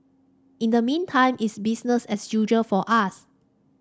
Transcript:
in the meantime it's business as usual for us